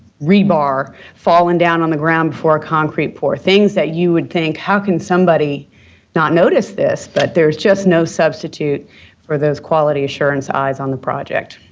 rebar falling down on the ground before a concrete pour things that you would think, how can somebody not notice this? but there's just no substitute for those quality assurance eyes on the project.